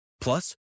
Plus